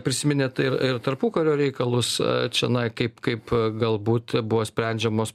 prisiminė ir ir tarpukario reikalus čionai kaip kaip galbūt buvo sprendžiamos